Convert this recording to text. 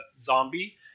zombie